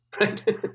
right